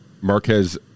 Marquez